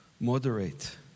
moderate